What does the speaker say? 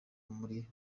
muri